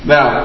Now